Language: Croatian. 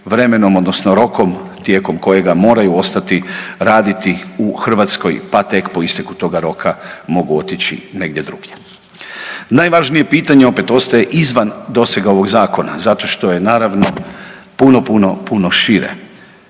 vremenom odnosno rokom tijekom kojega moraju ostati raditi u Hrvatskoj, pa tek po isteku toga roka mogu otići negdje drugdje. Najvažnije pitanje opet ostaje izvan dosega ovog zakona zato što je naravno puno, puno, puno šire,